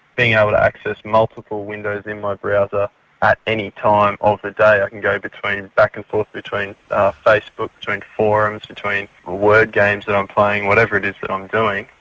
being able to access multiple windows in my browser at any time of the day, i can go between back and forth between ah facebook between forums between word games that i'm playing, whatever it is that i'm doing,